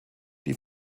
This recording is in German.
die